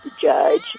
judge